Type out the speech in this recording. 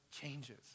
changes